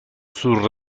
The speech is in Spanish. sus